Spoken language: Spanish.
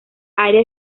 área